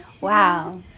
Wow